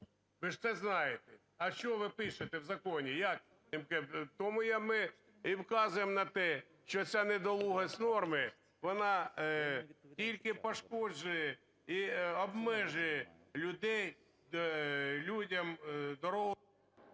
Ви ж це знаєте. А що ви пишете в законі? Як? Тому ми і вказуємо на те, що ця недолугість норми, вона тільки пошкоджує і обмежує людей, людям дорогу…